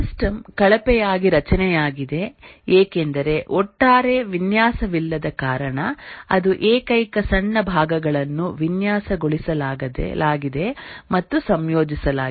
system ಕಳಪೆಯಾಗಿ ರಚನೆಯಾಗಿದೆ ಏಕೆಂದರೆ ಒಟ್ಟಾರೆ ವಿನ್ಯಾಸವಿಲ್ಲದ ಕಾರಣ ಅದರ ಏಕೈಕ ಸಣ್ಣ ಭಾಗಗಳನ್ನು ವಿನ್ಯಾಸಗೊಳಿಸಲಾಗಿದೆ ಮತ್ತು ಸಂಯೋಜಿಸಲಾಗಿದೆ